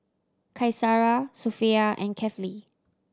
Qaisara Sofea and Kefli